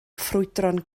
ffrwydron